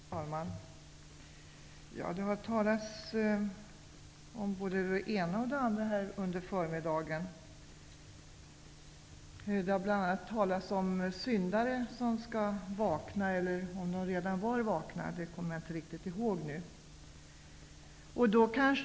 Herr talman! Det har talats om både det ena och det andra här under förmiddagen. Bl.a. har det talats om syndare som skall vakna -- eller som redan har vaknat. Jag kommer inte riktigt ihåg hur det var.